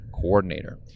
coordinator